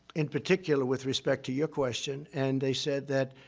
in particular, with respect to your question. and they said that